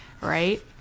right